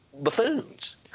buffoons